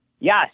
Yes